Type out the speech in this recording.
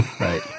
right